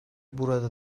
burada